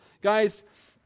guys